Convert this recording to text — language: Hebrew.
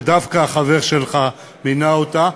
שדווקא החבר שלך מינה אותה.